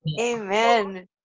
Amen